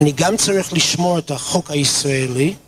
אני גם צריך לשמור את החוק הישראלי.